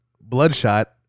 bloodshot